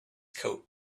coat